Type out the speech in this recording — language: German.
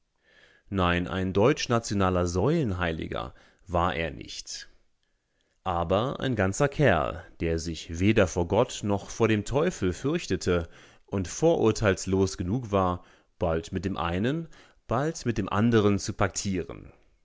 nein ein deutschnationaler säulenheiliger war er nicht aber ein ganzer kerl der sich weder vor gott noch vor dem teufel fürchtete und vorurteilslos genug war bald mit dem einen bald mit dem andern zu paktieren